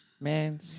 man